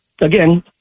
again